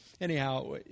Anyhow